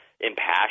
impassioned